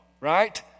right